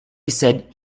said